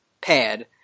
pad